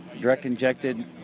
direct-injected